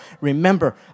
Remember